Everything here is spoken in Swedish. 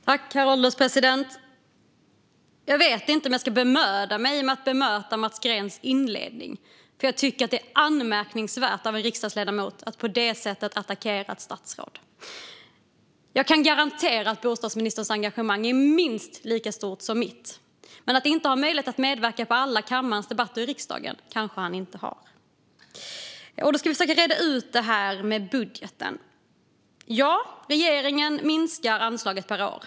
Herr ålderspresident! Jag vet inte om jag ska bemöda mig med att bemöta Mats Greens inledning. Jag tycker att det är anmärkningsvärt av en riksdagsledamot att på detta sätt attackera ett statsråd. Jag kan garantera att bostadsministerns engagemang är minst lika stort som mitt, men han har kanske inte möjlighet att medverka vid alla kammarens debatter. Jag ska försöka att reda ut detta med budgeten. Ja, regeringen minskar anslaget per år.